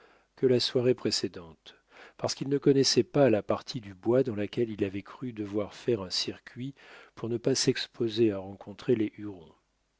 que la soirée précédente parce qu'il ne connaissait pas la partie du bois dans laquelle il avait cru devoir faire un circuit pour ne pas s'exposer à rencontrer les